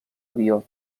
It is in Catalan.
avió